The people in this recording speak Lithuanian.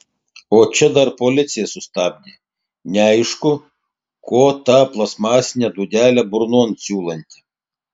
o čia dar policija sustabdė neaišku ko tą plastmasinę dūdelę burnon siūlanti